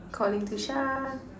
calling to Shah